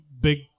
big